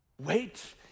Wait